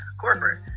corporate